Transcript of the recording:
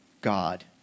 God